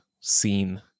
scene